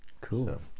cool